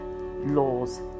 laws